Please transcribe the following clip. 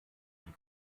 die